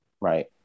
right